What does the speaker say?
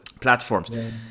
platforms